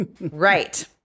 Right